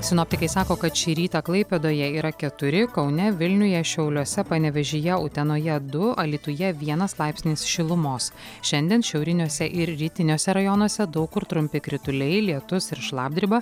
sinoptikai sako kad šį rytą klaipėdoje yra keturi kaune vilniuje šiauliuose panevėžyje utenoje du alytuje vienas laipsnis šilumos šiandien šiauriniuose ir rytiniuose rajonuose daug kur trumpi krituliai lietus ir šlapdriba